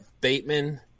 Bateman